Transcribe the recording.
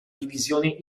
divisione